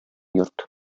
йорт